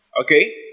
Okay